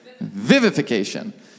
Vivification